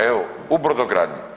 Evo u brodogradnji.